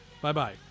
Bye-bye